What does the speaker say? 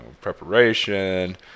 preparation